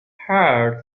heard